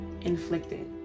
inflicted